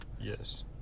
Yes